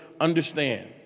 understand